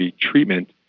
treatment